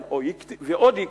ועוד יקטנו,